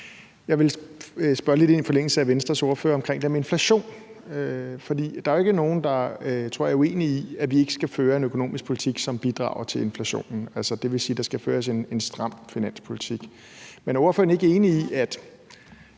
sagde, spørge lidt ind til det her med inflationen. For der er jo ikke nogen, der, tror jeg, er uenige i, at vi ikke skal føre en økonomisk politik, som bidrager til inflationen, altså det vil sige, at der skal føres en stram finanspolitik. Men er ordføreren ikke enig i, at